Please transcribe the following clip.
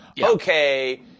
okay